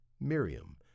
Miriam